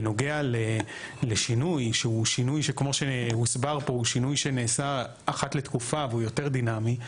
בנוגע לשינוי שהוא שינוי שנעשה אחת לתקופה והוא יותר דינמי,